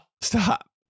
Stop